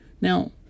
Now